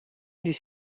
des